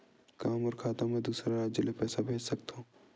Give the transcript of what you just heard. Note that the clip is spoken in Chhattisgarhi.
का मोर खाता म दूसरा राज्य ले पईसा भेज सकथव?